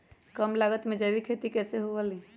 कम लागत में जैविक खेती कैसे हुआ लाई?